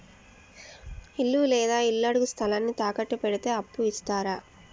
ఇల్లు లేదా ఇళ్లడుగు స్థలాన్ని తాకట్టు పెడితే అప్పు ఇత్తరా?